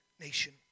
nation